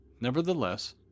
Nevertheless